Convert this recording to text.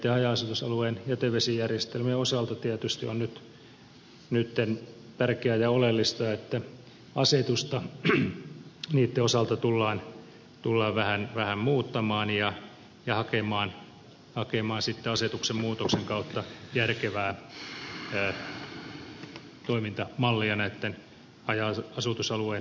näitten haja asutusalueitten jätevesijärjestelmien osalta tietysti on nyt tärkeää ja oleellista että asetusta niitten osalta tullaan vähän muuttamaan ja hakemaan asetuksen muutoksen kautta järkevää toimintamallia haja asutusalueitten jätevesijärjestelmien korjaamiseen